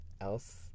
else